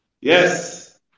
Yes